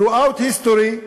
Throughout history,